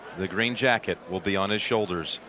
the green jacket will be on his shoulders.